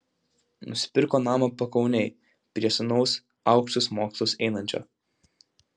nusipirko namą pakaunėj prie sūnaus aukštus mokslus einančio